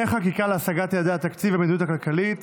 חקיקה להשגת יעדי התקציב והמדיניות הכלכלית